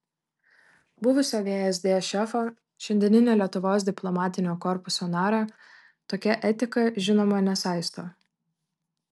buvusio vsd šefo šiandieninio lietuvos diplomatinio korpuso nario tokia etika žinoma nesaisto